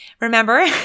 remember